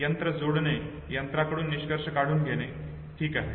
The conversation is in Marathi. यंत्र जोडणे यंत्राकडून निष्कर्ष काढून घेणे ठीक आहे